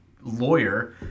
lawyer